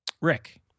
Rick